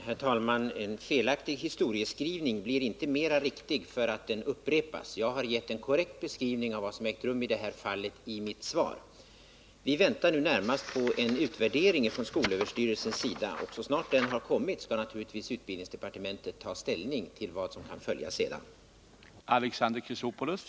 Herr talman! En felaktig historieskrivning blir inte riktigare för att den upprepas. Jag har i mitt svar gett en korrekt beskrivning av vad som ägt rum i det här fallet. Vi väntar nu närmast på en utvärdering från skolöverstyrelsen. Så snart den har kommit, skall naturligtvis utbildningsdepartementet ta ställning till vad som sedan kan följa.